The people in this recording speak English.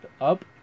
up